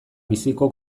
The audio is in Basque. biziko